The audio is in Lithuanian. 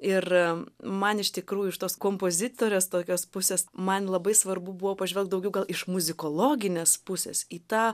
ir man iš tikrųjų iš tos kompozitorės tokios pusės man labai svarbu buvo pažvelgt daugiau gal iš muzikologinės pusės į tą